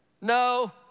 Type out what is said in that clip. No